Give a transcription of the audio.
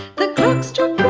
the clock struck